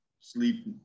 sleep